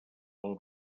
pel